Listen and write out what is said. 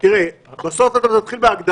אבל, סמוטריץ', תראה, בסוף אתה תתחיל בהגדרה.